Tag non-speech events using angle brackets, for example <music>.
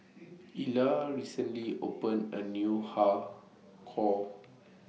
<noise> Ila recently opened A New Har Kow